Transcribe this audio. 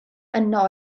yno